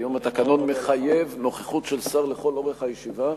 היום התקנון מחייב נוכחות של שר לכל אורך הישיבה,